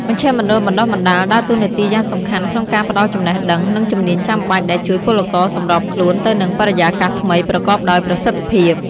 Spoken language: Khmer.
មជ្ឈមណ្ឌលបណ្តុះបណ្តាលដើរតួនាទីយ៉ាងសំខាន់ក្នុងការផ្តល់ចំណេះដឹង និងជំនាញចាំបាច់ ដែលជួយពលករសម្របខ្លួនទៅនឹងបរិយាកាសថ្មីប្រកបដោយប្រសិទ្ធភាព។